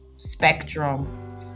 spectrum